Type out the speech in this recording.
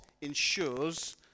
ensures